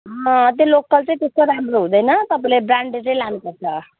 त्यो लोकल चाहिँ त्यस्तो राम्रो हुँदैन तपाईँले ब्रान्डेडै लानु पर्छ